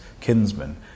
kinsmen